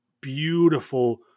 beautiful